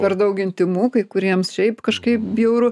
per daug intymu kai kuriems šiaip kažkaip bjauru